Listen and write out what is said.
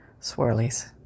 swirlies